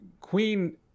Queen